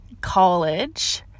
college